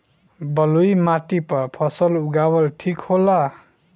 बलुई माटी पर फसल उगावल ठीक होला?